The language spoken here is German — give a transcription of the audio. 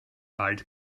wald